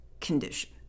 condition